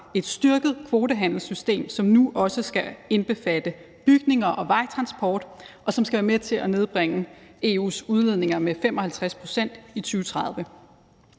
et styrket kvotehandelssystem, som nu også skal indbefatte bygninger og vejtransport, og som skal være med til at nedbringe EU's udledninger med 55 pct. i 2030.